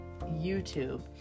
YouTube